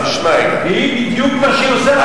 זה בדיוק מה שהיא עושה.